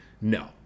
No